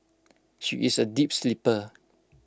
she is A deep sleeper